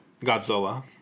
Godzilla